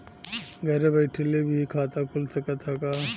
घरे बइठले भी खाता खुल सकत ह का?